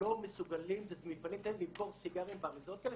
לא מסוגלים למכור סיגרים באריזות כאלה.